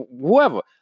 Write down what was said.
whoever